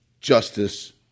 justice